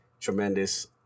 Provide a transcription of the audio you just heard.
tremendous